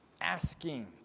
asking